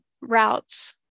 routes